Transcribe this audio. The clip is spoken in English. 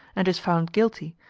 and is found guilty,